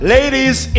Ladies